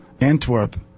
Antwerp